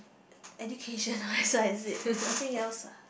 education that's what I said nothing else ah